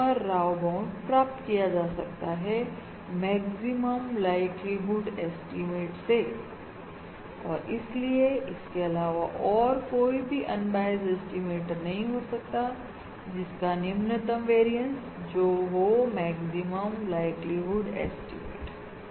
Cramer Rao bound प्राप्त किया जा सकता है मैक्सिमम लाइक्लीहुड ऐस्टीमेट से और इसलिए इसके अलावा और कोई भी अन बायस एस्टिमेटर नहीं हो सकता जिसका निम्नतम वेरियस जो हो मैक्सिमम लाइक्लीहुड एस्टिमेट्